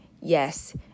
Yes